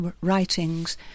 writings